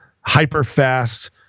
hyper-fast